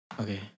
okay